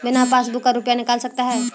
बिना पासबुक का रुपये निकल सकता हैं?